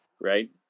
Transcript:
right